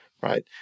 right